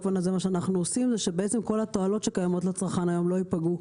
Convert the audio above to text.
וזה מה שאנחנו עושים שכל התועלות שקיימות לצרכן היום לא ייפגעו.